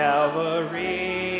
Calvary